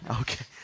okay